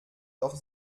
doch